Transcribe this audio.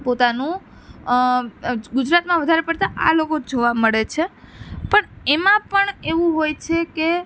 પોતાનું ગુજરાતમાં વધારે પડતાં આ લોકો જ જોવા મળે છે પણ એમાં પણ એવું હોય છે કે